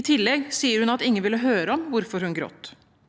I tillegg sier hun at ingen ville høre om hvorfor hun gråt.